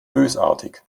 bösartig